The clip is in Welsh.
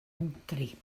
hwngari